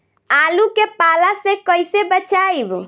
आलु के पाला से कईसे बचाईब?